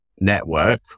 network